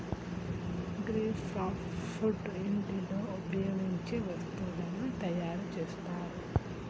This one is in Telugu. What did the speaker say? గీ సాప్ట్ వుడ్ ఇంటిలో ఉపయోగించే వస్తువులను తయారు చేస్తరు